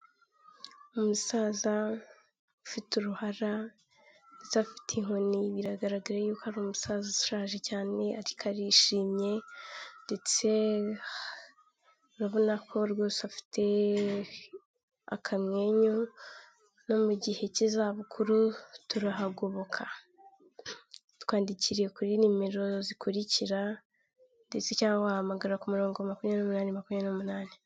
Umusaza ufite uruhara ndetse afite inkoni biragaragara yuko ari umusaza ushaje cyane ariko arishimye ndetse urabona ko rwose afite akamwenyu, no mu gihe cy'izabukuru turahagoboka. Twandikire kuri nimero zikurikira ndetse cyangwa wahamagara ku murongo makumyabiri n'umunani, makumyabiri n'umunani.